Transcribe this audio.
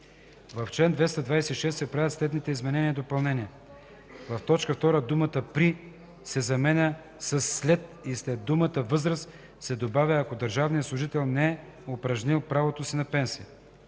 ал. 1 се правят следните изменения и допълнения: 1. В т. 2 думата „при” се заменя със „след” и след думата „възраст” се добавя „ако държавният служител не е упражнил правото си на пенсия”.